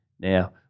Now